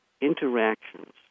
interactions